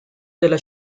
della